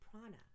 prana